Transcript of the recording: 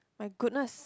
my goodness